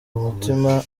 umutima